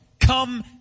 Come